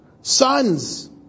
Sons